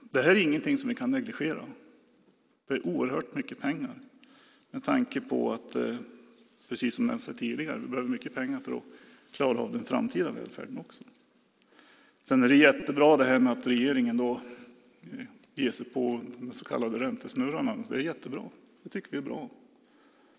Det här är ingenting som vi kan negligera. Det handlar om oerhört mycket pengar, speciellt med tanke på att vi, precis som nämnts här tidigare, behöver mycket pengar för att klara av den framtida välfärden också. Det är jättebra att regeringen ger sig på den så kallade räntesnurran. Det tycker jag är jättebra.